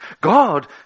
God